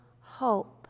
hope